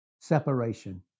separation